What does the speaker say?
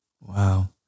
Wow